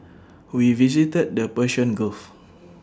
we visited the Persian gulf